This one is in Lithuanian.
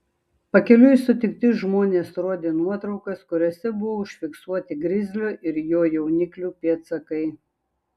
pakeliui sutikti žmonės rodė nuotraukas kuriose buvo užfiksuoti grizlio ir jo jauniklių pėdsakai